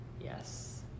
Yes